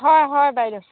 হয় হয় বাইদ'